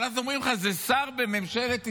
אבל אז אומרים לך, זה שר בממשלת ישראל,